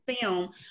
film